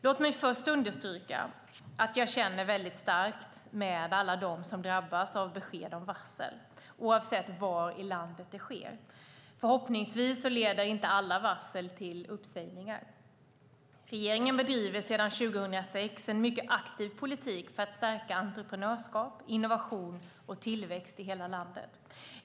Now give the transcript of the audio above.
Låt mig först understryka att jag känner väldigt starkt med alla dem som drabbas av besked om varsel, oavsett var i landet det sker. Förhoppningsvis leder inte alla varsel till uppsägningar. Regeringen bedriver sedan 2006 en mycket aktiv politik för att stärka entreprenörskap, innovation och tillväxt i hela landet.